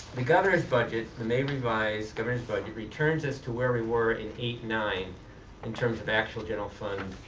the governor's budget, the may revised governor's budget returns us to where we were in eight nine in terms of actual general fund